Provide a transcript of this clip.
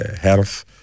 health